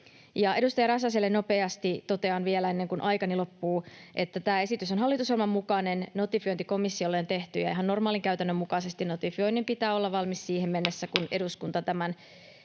Edustaja Räsäselle nopeasti totean vielä ennen kuin aikani loppuu, että tämä esitys on hallitusohjelman mukainen. Notifiointi komissiolle on tehty ihan normaalin käytännön mukaisesti. Notifioinnin pitää olla valmis siihen mennessä, [Puhemies koputaa] kun